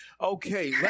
Okay